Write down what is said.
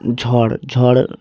ঝড় ঝড়